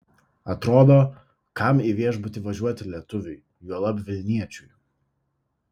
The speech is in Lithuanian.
atrodo kam į viešbutį važiuoti lietuviui juolab vilniečiui